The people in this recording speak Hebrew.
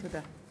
תודה.